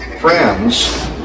friends